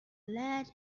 lead